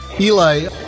Eli